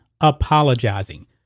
apologizing